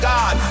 God